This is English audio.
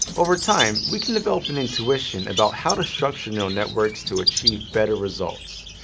over time, we can develop an intuition about how to structure neural networks to achieve better results.